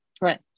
right